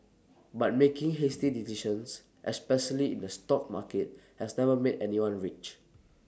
but making hasty decisions especially in the stock market has never made anyone rich